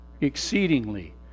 exceedingly